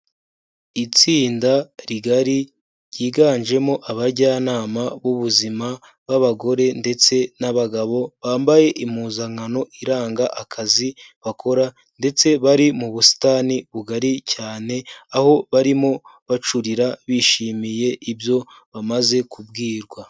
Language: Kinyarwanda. Itsinda rigari, ryiganjemo abajyanama b'ubuzima b'abagore ndetse n'abagabo bambaye impuzankano iranga akazi bakora ndetse bari mu busitani bugari cyane, aho barimo bacurira bishimiye ibyo bamaze kubwirwa.